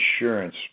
insurance